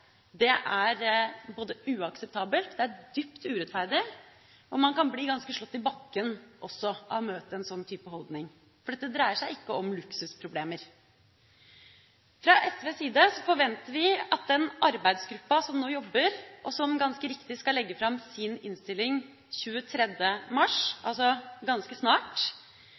Det er både uakseptabelt, det er dypt urettferdig, og man kan bli ganske slått i bakken også av å møte en sånn type holdning, for dette dreier seg ikke om luksusproblemer. Fra SVs side forventer vi at den arbeidsgruppa som nå jobber med dette og ganske riktig skal legge fram sin innstilling 23. mars, altså ganske snart,